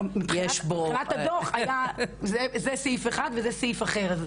מבחינת הדוח זה סעיף אחד וזה סעיף אחר.